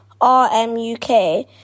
RMUK